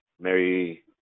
Mary